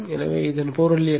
எனவே இதன் பொருள் என்ன